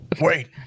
Wait